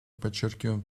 подчеркиваем